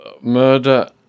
murder